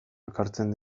elkartzen